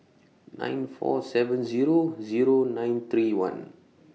nine four seven Zero Zero nine three one